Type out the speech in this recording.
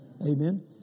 amen